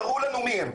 תראו לנו מי הם,